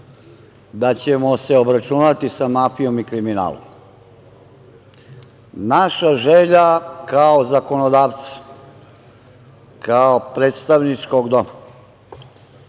da ćemo se obračunati sa mafijom i kriminalom. Naša želja kao zakonodavca, kao predstavničkog doma